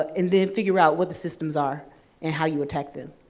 ah and then figure out what the systems are and how you attack them.